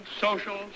social